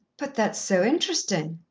but that's so interesting,